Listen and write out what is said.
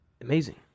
Amazing